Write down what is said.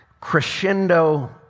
crescendo